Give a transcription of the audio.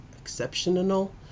exceptional